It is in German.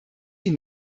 die